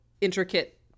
intricate